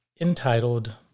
entitled